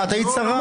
את היית שרה.